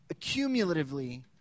accumulatively